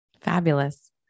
Fabulous